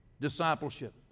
Discipleship